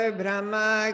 brahma